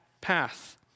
path